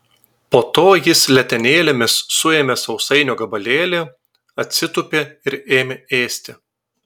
po to jis letenėlėmis suėmė sausainio gabalėlį atsitūpė ir ėmė ėsti